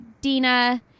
Dina